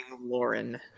Lauren